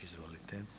Izvolite.